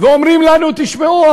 ואומרים לנו: תשמעו,